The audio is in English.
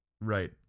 Right